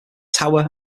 tower